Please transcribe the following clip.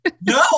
No